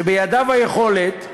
שבידיו היכולת,